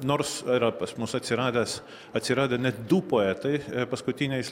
nors yra pas mus atsiradęs atsiradę net du poetai paskutiniais